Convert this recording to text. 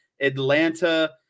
Atlanta